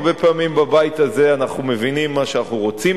הרבה פעמים בבית הזה אנחנו מבינים מה שאנחנו רוצים